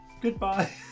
goodbye